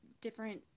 different